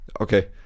okay